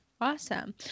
Awesome